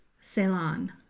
Ceylon